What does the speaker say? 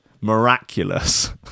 miraculous